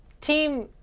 Team